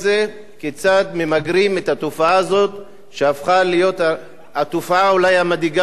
כיצד ממגרים את התופעה הזאת שהפכה להיות התופעה אולי המדאיגה ביותר.